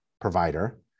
provider